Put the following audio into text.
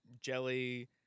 jelly